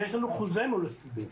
יש לנו חוזה מול הסטודנט.